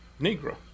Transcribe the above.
Negro